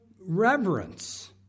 reverence